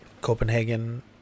Copenhagen